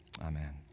Amen